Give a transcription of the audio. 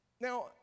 Now